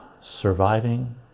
Surviving